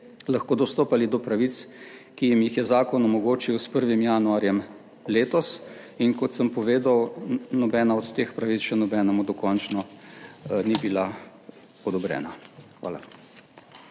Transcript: lahko dostopali do pravic, ki jim jih je zakon omogočil s 1. januarjem letos in kot sem povedal, nobena od teh pravic še nobenemu dokončno ni bila odobrena. Hvala.